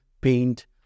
paint